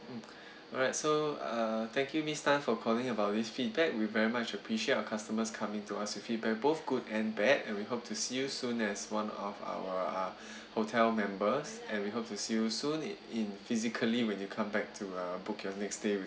mm alright so uh thank you miss tan for calling about this feedback we very much appreciate our customers coming to us with feedback both good and bad and we hope to see you soon as one of our uh hotel members and we hope to see you soon in in physically when you come back to uh book your next stay with